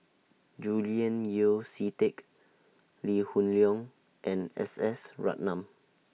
Julian Yeo See Teck Lee Hoon Leong and S S Ratnam